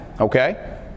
okay